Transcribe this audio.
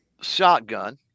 shotgun